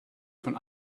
von